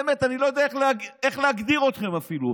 באמת, אני לא יודע איך להגדיר אתכם, אפילו.